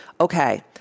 okay